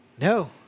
No